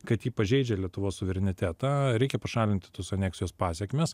kad ji pažeidžia lietuvos suverenitetą reikia pašalinti tos aneksijos pasekmes